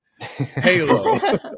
Halo